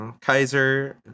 Kaiser